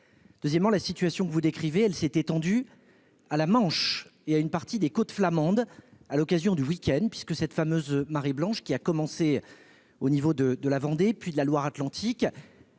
suite, la situation que vous décrivez s'est étendue aux côtes de la Manche et à une partie des côtes flamandes, à l'occasion du week-end, puisque cette fameuse marée blanche a commencé au niveau de la Vendée et de la Loire-Atlantique.